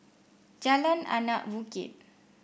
Jalan Anak Bukit